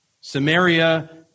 Samaria